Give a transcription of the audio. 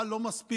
אבל לא מספיק